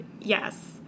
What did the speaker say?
Yes